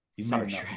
sorry